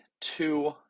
two